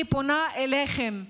אני פונה אליכם,